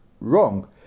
wrong